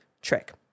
trick